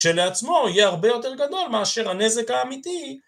שלעצמו יהיה הרבה יותר גדול מאשר הנזק האמיתי